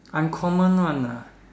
uncommon one ah